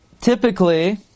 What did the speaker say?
typically